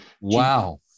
Wow